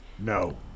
No